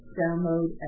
download